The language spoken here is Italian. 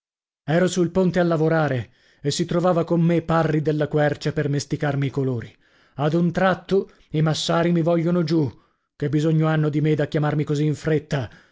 ero sul ponte a lavorare e si trovava con me parri della quercia per mesticarmi i colori ad un tratto i massari mi vogliono giù che bisogno hanno di me da chiamarmi così in fretta